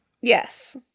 Yes